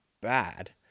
bad